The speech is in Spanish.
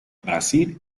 brasil